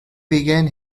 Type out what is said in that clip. began